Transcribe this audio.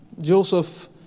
Joseph